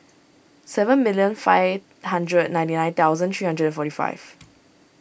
seven million five hundred ninety nine thousand three hundred and forty five